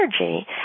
energy